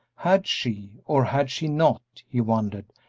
had she, or had she not, he wondered,